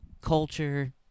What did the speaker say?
culture